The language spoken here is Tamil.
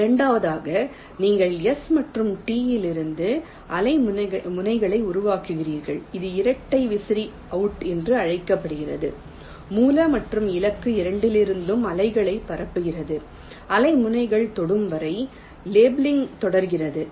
இரண்டாவதாக நீங்கள் S மற்றும் T இரண்டிலிருந்தும் அலை முனைகளை உருவாக்குவீர்கள் இது இரட்டை விசிறி அவுட் என்று அழைக்கப்படுகிறது மூல மற்றும் இலக்கு இரண்டிலிருந்தும் அலைகளை பரப்புகிறது அலை முனைகள் தொடும் வரை லேபிளிங் தொடர்கிறது